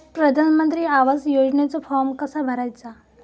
प्रधानमंत्री आवास योजनेचा फॉर्म कसा भरायचा?